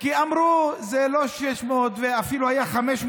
כי אמרו: זה לא 600. היו אפילו 500,